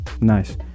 Nice